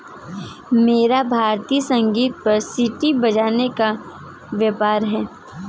मेरा भारतीय संगीत पर सी.डी बनाने का व्यापार है